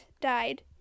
died